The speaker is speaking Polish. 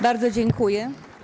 Bardzo dziękuję.